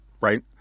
right